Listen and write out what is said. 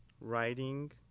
writing